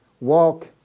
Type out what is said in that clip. Walk